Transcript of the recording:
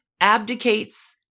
abdicates